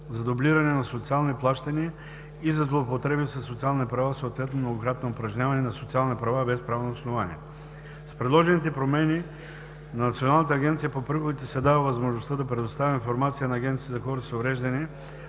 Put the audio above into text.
за дублиране на социални плащания и за злоупотреби със социални права, съответно многократно упражняване на социални права без правно основание. С предложените промени на Националната агенция за приходите се дава възможността да предоставя информация на Агенцията за хората с увреждания